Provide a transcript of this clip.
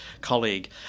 colleague